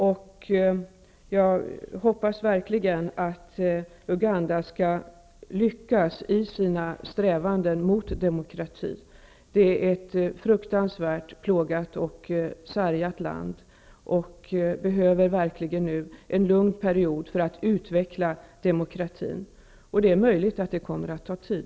Jag hoppas verkligen att Uganda skall lyckas i sina strävanden mot demokrati. Det är ett fruktansvärt plågat och sargat land, och det behöver en lugn period för att utveckla demokratin. Det är möjligt att det kommer att ta tid.